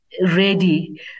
ready